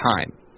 time